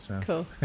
Cool